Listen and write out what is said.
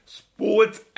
sports